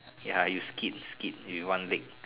ya you skate skate with one leg